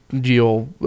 deal